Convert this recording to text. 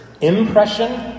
Impression